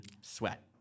sweat